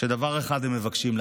שדבר אחד הם מבקשים,